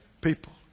People